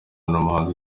n’umuhanzi